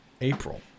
april